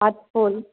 আঠফুল